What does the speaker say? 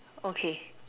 okay